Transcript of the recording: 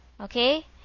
Okay